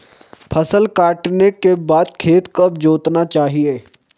फसल काटने के बाद खेत कब जोतना चाहिये?